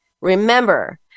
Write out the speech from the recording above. Remember